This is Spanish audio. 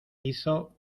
hizo